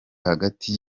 hagati